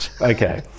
okay